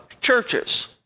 churches